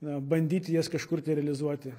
na bandyti jas kažkur tai realizuoti